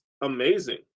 amazing